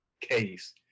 case